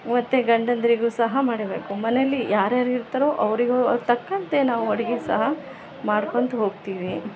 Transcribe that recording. ಮತ್ತು ಗಂಡಂದಿರಿಗೂ ಸಹ ಮಾಡಬೇಕು ಮನೇಲಿ ಯಾರು ಯಾರು ಇರ್ತಾರೋ ಅವರಿಗೂ ತಕ್ಕಂತೆ ನಾವು ಅಡುಗೆ ಸಹ ಮಾಡ್ಕೊತ ಹೋಗ್ತಿವಿ